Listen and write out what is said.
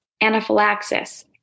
anaphylaxis